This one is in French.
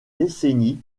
décennies